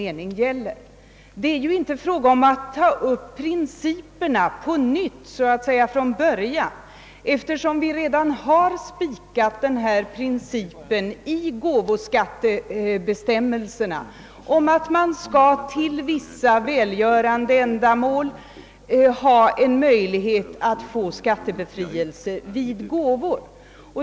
Det gäller ju inte att ta upp principerna till behandling på nytt, eftersom vi redan i gåvoskattbestämmelserna har spikat principen om skattebefrielse när det gäller gåvor för välgörande ändamål.